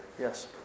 Yes